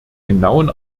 genauen